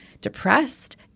depressed